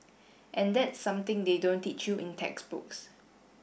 and that's something they don't teach you in textbooks